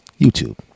YouTube